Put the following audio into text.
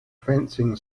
fencing